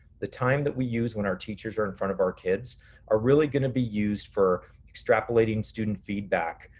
the time that we use when our teachers are in front of our kids are really gonna be used for extrapolating student feedback,